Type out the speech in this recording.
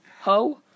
ho